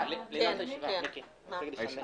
הישיבה ננעלה בשעה 11:56.